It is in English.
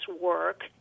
work